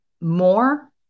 more